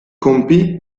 compì